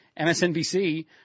MSNBC